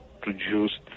produced